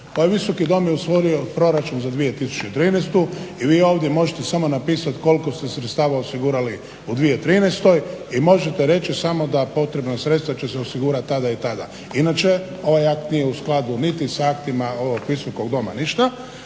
Ovaj Visoki dom je usvojio proračun za 2013. i vi ovdje možete samo napisati koliko ste sredstava osigurali u 2013. i možete reći samo da potrebna sredstva će se osigurati tada i tada. Inače ovaj akt nije u skladu niti s aktima ovog Visokog doma ništa.